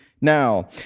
now